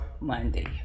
Monday